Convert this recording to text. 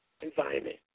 environment